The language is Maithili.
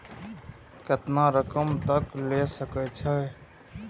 केतना रकम तक ले सके छै?